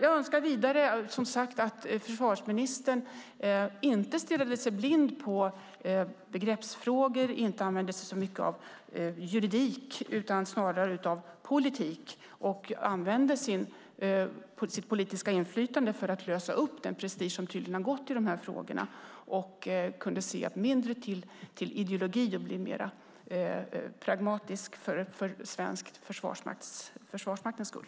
Jag önskar vidare att försvarsministern inte stirrar sig blind på begreppsfrågor, att han använder sig mindre av juridik och mer av politik och använder sitt politiska inflytande för att lösa upp den prestige som tydligen har gått i dessa frågor och att han ser mindre till ideologi och blir mer pragmatisk för Försvarsmaktens skull.